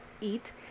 eat